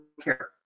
care